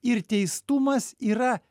ir teistumas yra